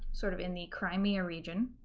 sort of in the crimea region